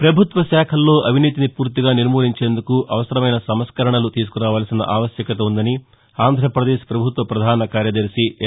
ప్రపభుత్వ శాఖల్లో అవినీతిని పూర్తిగా నిర్మూలించేందుకు అవసరమైన సంస్కరణలు తీసుకురావాల్సిన ఆవశ్యకత ఉందని ఆంధ్రప్రదేశ్ పభుత్వ ప్రధాన కార్యదర్భి ఎల్